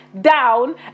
down